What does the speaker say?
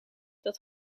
dat